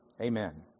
Amen